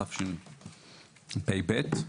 התשפ"ב.